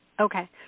Okay